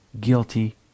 guilty